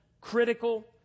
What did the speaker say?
critical